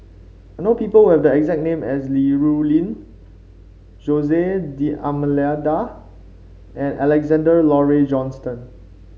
I know people who have the exact name as Li Rulin Jose D Almeida and Alexander Laurie Johnston